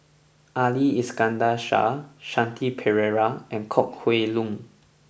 Ali Iskandar Shah Shanti Pereira and Kok Heng Leun